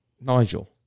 nigel